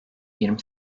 yirmi